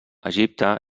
egipte